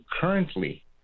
currently